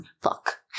fuck